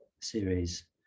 series